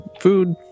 food